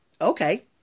Okay